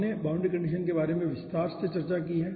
हमने boundary conditions के बारे में विस्तार से चर्चा की है